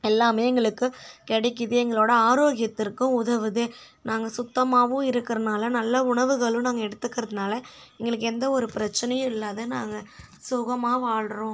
எல்லாமே எங்களுக்கு கிடைக்குது எங்களோட ஆரோக்கியத்திற்கும் உதவுது நாங்கள் சுத்தமாகவும் இருக்கிறனால நல்ல உணவுகளும் நாங்கள் எடுத்துக்கிறதுனால எங்களுக்கு எந்த ஒரு பிரச்சனையும் இல்லாத நாங்கள் சுகமாக வாழ்கிறோம்